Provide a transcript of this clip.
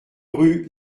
rue